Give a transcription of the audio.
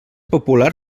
popular